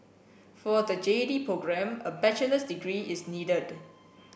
for the J D programme a bachelor's degree is needed